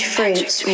Fruits